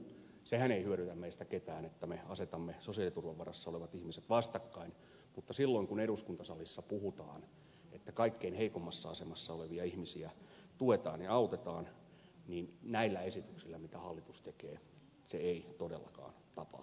sehän ei hyödytä meistä ketään että me asetamme sosiaaliturvan varassa olevat ihmiset vastakkain mutta vaikka eduskuntasalissa puhutaan että kaikkein heikoimmassa asemassa olevia ihmisiä tuetaan ja autetaan näillä esityksillä mitä hallitus tekee se ei todellakaan tapahdu